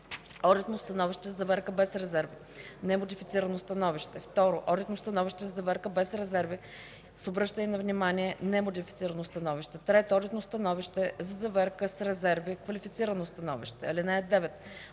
одитно становище за заверка без резерви (немодифицирано становище); 2. одитно становище за заверка без резерви с обръщане на внимание (немодифицирано становище); 3. одитно становище за заверка с резерви (квалифицирано становище). (9)